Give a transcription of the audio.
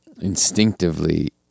instinctively